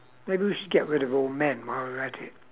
maybe we should get rid of all men while we're at it